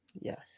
yes